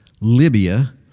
Libya